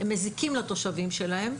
הם מזיקים לתושבים שלהם.